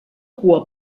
cua